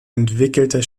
entwickelten